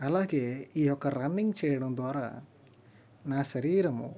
అలాగే ఈ యొక్క రన్నింగ్ చేయడం ద్వారా నా శరీరము